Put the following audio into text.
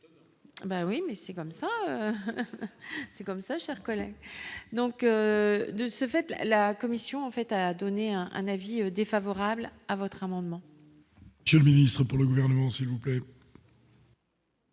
comme ça, c'est comme ça, cher collègue, donc, de ce fait, la Commission, en fait, a donné un avis défavorable à votre amendement. Je le ministre pour le gouvernement, s'il vous plaît.